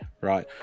right